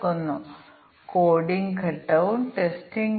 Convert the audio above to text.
C2 എന്നത് a ആണ് b C 3 A സിക്ക് തുല്യമാണ്